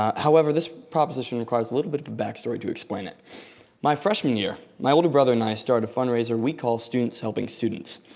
however, this proposition requires a little bit of back story to explain. my freshman year my older brother and i started a fundraiser we called students helping students.